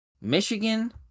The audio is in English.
Michigan